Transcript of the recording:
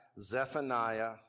Zephaniah